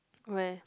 where